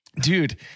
Dude